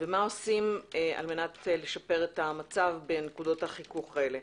ומה עושים כדי לשפר את המצב בנקודות החיכוך הללו.